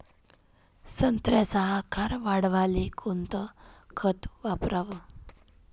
संत्र्याचा आकार वाढवाले कोणतं खत वापराव?